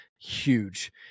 huge